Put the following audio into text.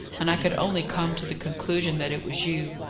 and i could only come to the conclusion that it was you.